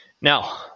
Now